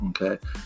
Okay